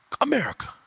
America